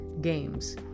Games